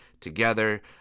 together